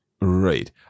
Right